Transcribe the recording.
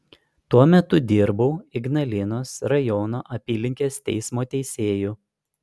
tuo metu dirbau ignalinos rajono apylinkės teismo teisėju